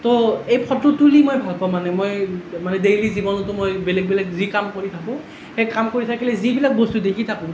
তো এই ফটো তুলি মই ভালপাওঁ মানে মই মানে দেইলি জীৱনতো মই বেলেগ বেলেগ যি কাম কৰি থাকোঁ সেই কাম কৰি থাকিলে যিবিলাক বস্তু দেখি থাকোঁ